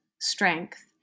strength